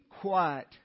quiet